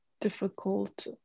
difficult